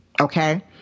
Okay